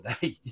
today